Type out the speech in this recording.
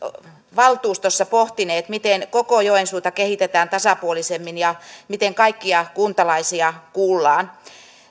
valtuustossa pohtineet miten koko joensuuta kehitetään tasapuolisemmin ja miten kaikkia kuntalaisia kuullaan